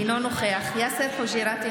אינו נוכח יאסר חוג'יראת,